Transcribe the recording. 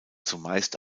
zumeist